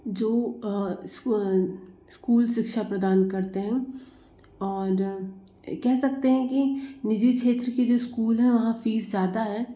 जो स्व स्कूल शिक्षा प्रदान करते हैं और कह सकते है कि निजी क्षेत्र की जो स्कूल है वहाँ फ़ीस ज़्यादा है